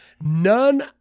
none